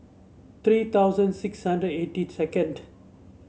three thousand six hundred eighty second